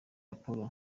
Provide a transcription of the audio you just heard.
apollo